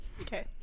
Okay